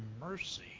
mercy